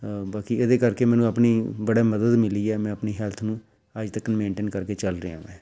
ਬਾਕੀ ਇਹਦੇ ਕਰਕੇ ਮੈਨੂੰ ਆਪਣੀ ਬੜਾ ਮਦਦ ਮਿਲੀ ਹੈ ਮੈਂ ਆਪਣੀ ਹੈਲਥ ਨੂੰ ਅੱਜ ਤੱਕ ਮੈਂਟੇਨ ਕਰਕੇ ਚੱਲ ਰਿਹਾ ਵੈਂ